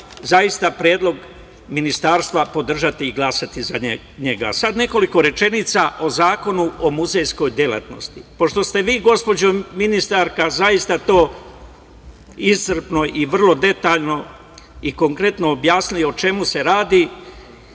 ovaj predlog ministarstva podržati i glasati za njega. Sada nekoliko rečenica o Zakonu o muzejskoj delatnosti. Pošto ste vi, gospođo ministarka zaista to iscrpno i vrlo detaljno i konkretno objasnili o čemu se radi,